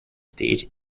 stage